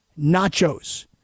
nachos